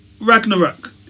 Ragnarok